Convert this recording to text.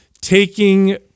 taking